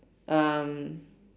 um